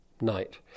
night